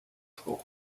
school